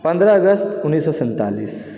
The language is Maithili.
पन्द्रह अगस्त उन्नैस सए सैन्तालिस